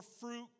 fruit